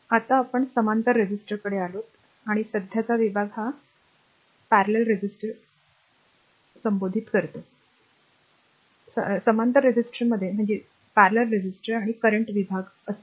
आता आपण समांतर रेझिस्टरकडे आलो आहोत आणि सध्याचा विभाग हा मालिका प्रतिरोधक आणि व्होल्टेज विभाग होता आणि समांतर रेझिस्टरमध्ये तो समांतर रेझिस्टर आणि करंट विभाग असेल